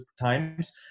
times